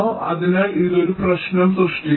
അതിനാൽ ഇത് ഒരു പ്രശ്നം സൃഷ്ടിക്കുന്നു